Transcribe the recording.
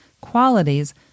qualities